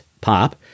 pop